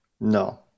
No